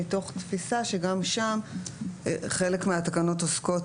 מתוך תפיסה שגם שם חלק מהתקנות עוסקות